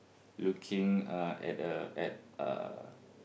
looking uh at a at a